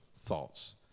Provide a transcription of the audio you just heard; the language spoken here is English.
thoughts